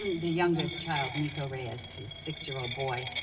the youngest child, nico reyes, his six year-old boy,